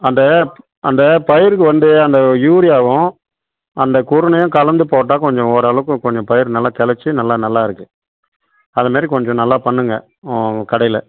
அந்த அந்த பயிருக்கு வந்து அந்த யூரியாவும் அந்த குருணையும் கலந்துப் போட்டால் கொஞ்சம் ஓரளவுக்கு கொஞ்சம் பயிர் நல்லா நல்லா நல்லா இருக்குது அதுமாதிரி கொஞ்சம் நல்லா பண்ணுங்க கடையில்